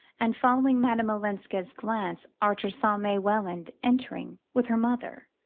and following madame olenska's glance archer saw may welland entering with her mother.